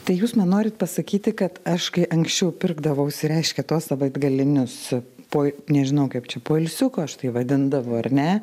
tai jūs man norit pasakyti kad aš kai anksčiau pirkdavausi reiškia tuos savaitgalinius po nežinau kaip čia poilsiuku aš tai vadindavau ar ne